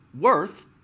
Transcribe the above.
worth